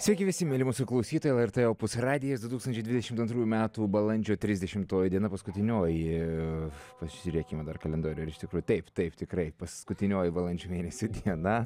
sveiki visi mieli mūsų klausytojai lrt opus radijas du tūkstančiai dvidešimt antrųjų metų balandžio trisdešimtoji diena paskutinioji ir pasižiūrėkime dar kalendorių ar iš tikrųjų taip taip tikrai paskutinioji balandžio mėnesio diena